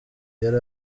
yari